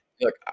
Look